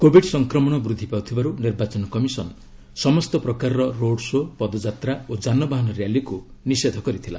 Covid ସଂକ୍ରମଣ ବୃଦ୍ଧି ପାଉଥିବାରୁ ନିର୍ବାଚନ କମିଶନ୍ ସମସ୍ତ ପ୍ରକାରର ରୋଡ୍ ଶୋ ପଦଯାତ୍ରା ଓ ଯାନବାହାନ ର୍ୟାଲିକୁ ନିଷେଧ କରିଥିଲା